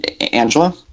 Angela